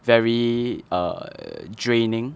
very err draining